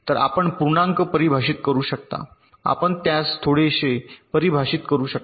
तर आपण पूर्णांक परिभाषित करू शकता आपण त्यास थोडेसे परिभाषित करू शकता